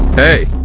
hey!